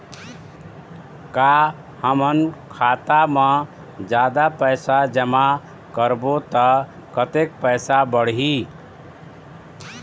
का हमन खाता मा जादा पैसा जमा करबो ता कतेक पैसा बढ़ही?